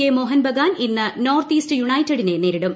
K Mohun Bagan ഇന്ന് north east യുണൈറ്റഡിനെ നേരിടും